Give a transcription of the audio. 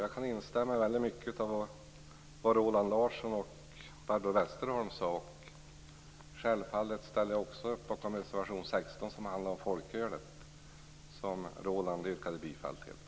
Jag instämmer i mycket av det som Roland Larsson och Barbro Westerholm sade. Självfallet ställer jag också upp bakom reservation 16 om folkölet som Roland Larsson yrkade bifall till.